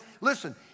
Listen